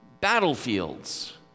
battlefields